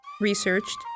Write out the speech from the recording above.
researched